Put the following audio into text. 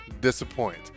disappoint